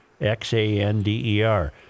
X-A-N-D-E-R